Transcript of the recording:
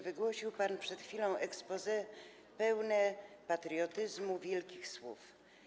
Wygłosił pan przed chwilą exposé pełne patriotyzmu, wielkich słów.